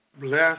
Bless